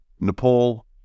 Nepal